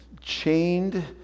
chained